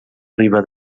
riba